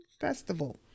festival